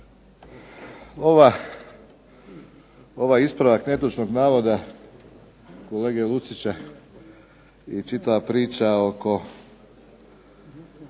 Ovaj ispravak netočnog navoda kolege Lucića je čitava priča oko